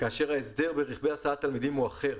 כאשר ההסדר ברכבי הסעת תלמידים הוא אחר.